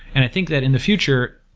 and i think that in the future,